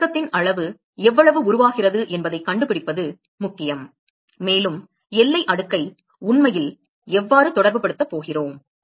எனவே ஒடுக்கத்தின் அளவு எவ்வளவு உருவாகிறது என்பதைக் கண்டுபிடிப்பது முக்கியம் மேலும் எல்லை அடுக்கை உண்மையில் எவ்வாறு தொடர்புபடுத்தப் போகிறோம்